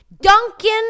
Duncan